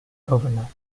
overnight